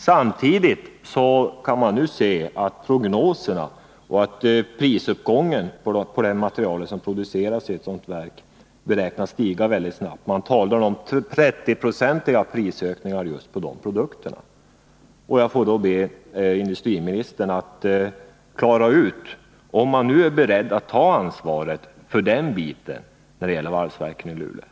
Samtidigt kan man se att prognoserna för och prisuppgången på det material som produceras i ett sådant verk beräknas stiga väldigt snabbt. Man talar om 30-procentiga prisökningar just på de produkterna. Jag får därför be industriministern att klara ut om man nu är beredd att ta ansvaret för den del som gäller valsverket i Luleå.